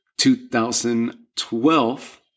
2012